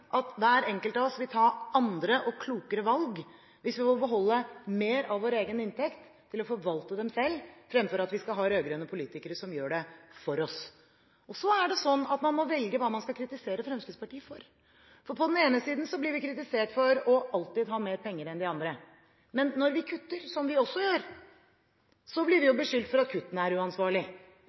at hver enkelt av oss vil ta andre og klokere valg hvis vi får beholde mer av vår egen inntekt til å forvalte selv, fremfor at vi skal ha rød-grønne politikere som gjør det for oss. Så er det sånn at man må velge hva man skal kritisere Fremskrittspartiet for. På den ene siden blir vi kritisert for alltid å ha mer penger enn de andre. Men når vi kutter – som vi også gjør – blir vi jo beskyldt for at kuttene er uansvarlig.